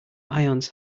ions